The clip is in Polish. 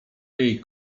jej